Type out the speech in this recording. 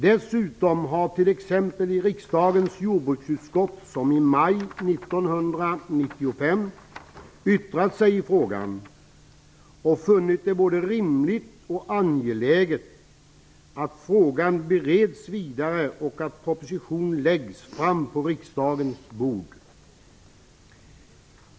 Dessutom har t.ex. riksdagens jordbruksutskott, som i maj 1995, yttrat sig i frågan och funnit det både rimligt och angeläget att frågan bereds vidare och att en proposition läggs fram på riksdagens bord.